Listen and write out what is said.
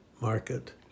market